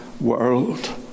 world